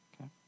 Okay